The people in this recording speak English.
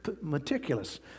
meticulous